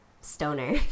stoner